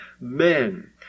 men